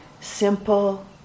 simple